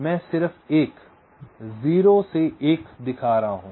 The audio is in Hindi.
मैं सिर्फ 1 0 से 1 दिखा रहा हूं